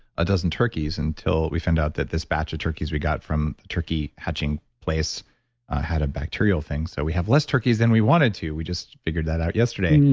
a dozen turkeys until we found out that this batch of turkeys we got from the turkey hatching place had a bacterial thing. so we have less turkeys than we wanted to. we just figured that out yesterday.